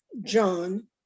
John